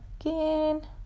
again